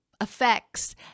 effects